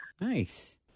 Nice